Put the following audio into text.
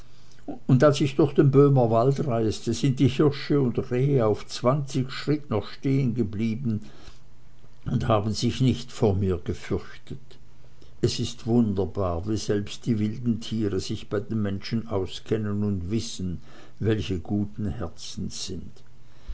und als ich durch den böhmerwald reiste sind die hirsche und rehe auf zwanzig schritt noch stehengeblieben und haben sich nicht vor mir gefürchtet es ist wunderbar wie selbst die wilden tiere sich bei den menschen auskennen und wissen welche guten herzens sind